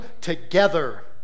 together